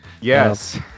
Yes